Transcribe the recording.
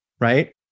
right